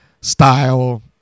Style